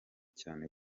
cyane